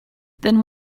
then